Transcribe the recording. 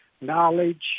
knowledge